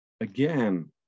again